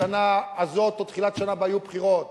בשנה הזאת או בתחילת השנה הבאה יהיו בחירות,